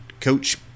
Coach